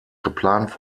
geplant